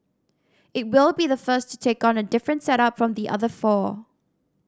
it will be the first to take on a different setup from the other four